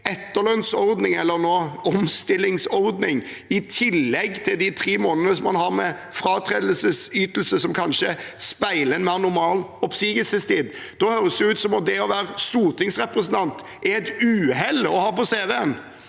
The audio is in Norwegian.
etterlønnsordning – eller nå: omstillingsordning – i tillegg til de tre månedene en har med fratredelsesytelse, som kanskje speiler en mer normal oppsigelsestid, høres det ut som om det å være stortingsrepresentant er et uhell å ha på cv-en.